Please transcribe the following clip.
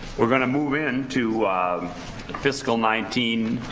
we're gonna move in to the fiscal nineteen